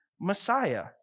Messiah